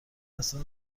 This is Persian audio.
اصلا